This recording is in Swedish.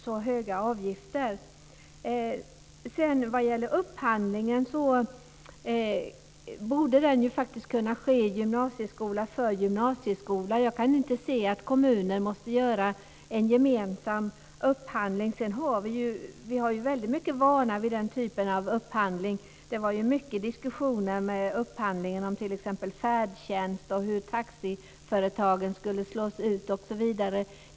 Sedan borde faktiskt upphandlingen kunna ske gymnasieskola för gymnasieskola. Jag kan inte se att kommuner måste göra en gemensam upphandling. Vi har ju väldigt mycket vana vid den typen av upphandling. Det var mycket diskussioner i samband med upphandlingen av t.ex. färdtjänst om hur taxiföretagen skulle slås ut osv.